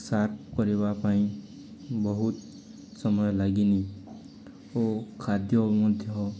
sharp କରିବା ପାଇଁ ବହୁତ ସମୟ ଲାଗିନି ଓ ଖାଦ୍ୟ ମଧ୍ୟ